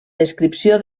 descripció